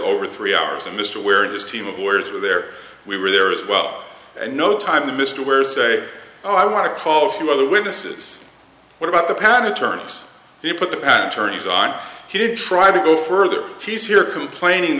over three hours and mr ware is team of lawyers were there we were there as well and no time to mr ware say oh i want to call a few other witnesses what about the patent attorneys you put the patent attorneys on he did try to go further he's here complaining